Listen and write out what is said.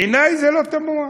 בעיני זה לא תמוה.